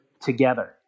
together